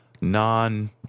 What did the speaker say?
non